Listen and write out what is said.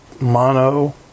MONO